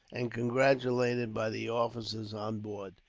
and congratulated, by the officers on board,